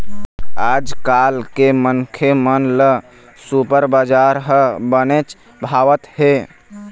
आजकाल के मनखे मन ल सुपर बजार ह बनेच भावत हे